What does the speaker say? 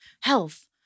Health